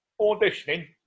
auditioning